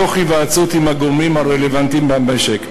תוך היוועצות בגורמים הרלוונטיים במשק.